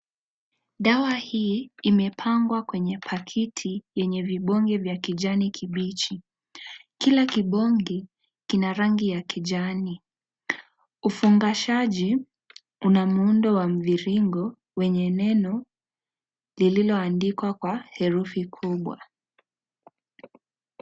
Dawa hii imepangwa kwenye pakiti yenye vibonge vya kijani kibichi. Kila kibonge kina rangi ya kijani; ufungashaji una muundo wa mviringo wenye neno lililoandikwa kwa herufi kubwa.